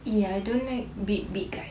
!ee! I don't like big big guys